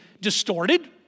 distorted